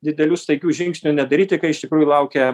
didelių staigių žingsnių nedaryti kai iš tikrųjų laukia